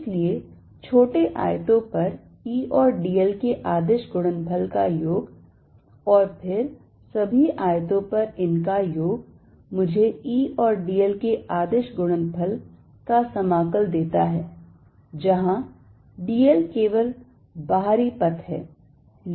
इसलिए छोटे आयतों पर E और dl के अदिश गुणनफल का योग और फिर सभी आयतों पर इसका योग मुझे E और dl के अदिश गुणनफल का समाकल देता है जहां d l केवल बाहरी पथ है